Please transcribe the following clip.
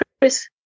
Chris